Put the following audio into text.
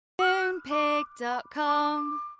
Moonpig.com